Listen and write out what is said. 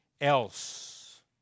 else